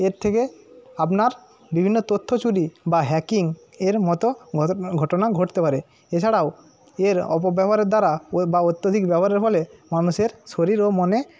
এর থেকে আপনার বিভিন্ন তথ্য চুরি বা হ্যাকিংয়ের মতো ঘটনা ঘটতে পারে এছাড়াও এর অপব্যবহারের দ্বারা বা অত্যধিক ব্যবহারের ফলে মানুষের শরীর ও মনে